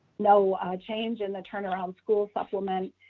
no a change in the turnaround school supplement.